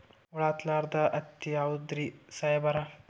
ಹುಳ ಹತ್ತಲಾರ್ದ ಹತ್ತಿ ಯಾವುದ್ರಿ ಸಾಹೇಬರ?